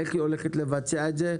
איך היא הולכת לבצע את זה?